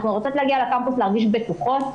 אנחנו רוצות להגיע לקמפוס ולהרגיש בטוחות.